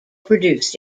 produced